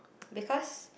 because